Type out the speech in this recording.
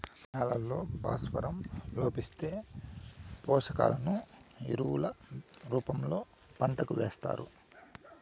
నేలల్లో భాస్వరం లోపిస్తే, పోషకాలను ఎరువుల రూపంలో పంటకు ఏస్తారు